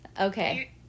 Okay